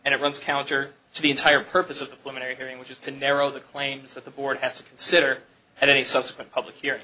d it runs counter to the entire purpose of the pulmonary hearing which is to narrow the claims that the board has to consider at any subsequent public hear